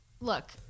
look